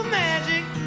magic